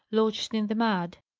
lodged in the mud.